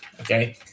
okay